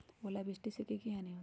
ओलावृष्टि से की की हानि होतै?